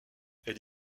elle